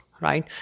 right